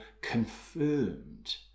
confirmed